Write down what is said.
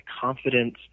confidence